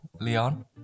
leon